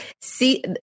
see